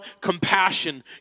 compassion